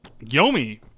yomi